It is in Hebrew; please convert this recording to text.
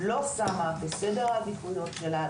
לא שמה בסדר העדיפויות שלה,